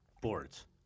Boards